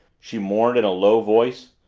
she mourned in a low voice.